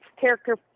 character